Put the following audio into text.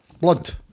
blood